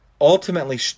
ultimately